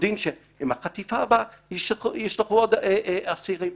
יודעים שבחטיפה הבאה ישחררו עוד אסירים.